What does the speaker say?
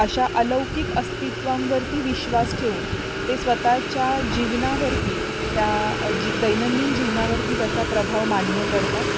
अशा अलौकिक अस्तित्वांवरती विश्वास ठेवून ते स्वतःच्या जीवनावरती त्या जी दैनंदिन जीवनावरती त्याचा प्रभाव मान्य करतात